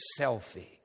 selfie—